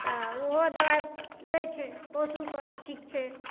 तऽ ओहो दबाइ दै छै पशुके तऽ ठीक छै